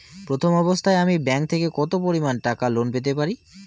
প্রথম অবস্থায় আমি ব্যাংক থেকে কত পরিমান টাকা লোন পেতে পারি?